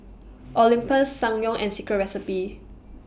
Olympus Ssangyong and Secret Recipe